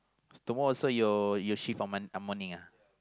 tomorrow also you your shift on morn~ morning ah